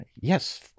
yes